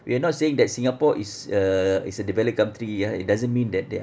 we are not saying that singapore is a is a developed country ya it doesn't mean that they are